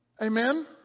Amen